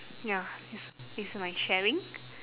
ya he's he's my sharing